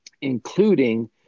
including